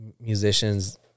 musicians